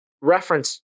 reference